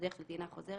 בדרך של טעינה חוזרת,